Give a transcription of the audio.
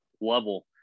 level